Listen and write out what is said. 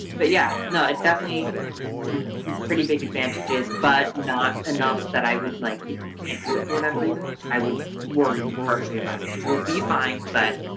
but, yeah. no, it's definitely some pretty big advantages. but not enough that i would, like, if you can't do it for whatever reason, i would wouldn't worry harshly about it. you'll be fine. but